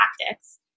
tactics